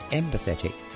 empathetic